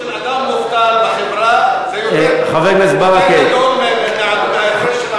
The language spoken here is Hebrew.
העלות של אדם מובטל בחברה יותר גדולה מההפרש,